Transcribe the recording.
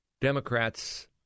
Democrats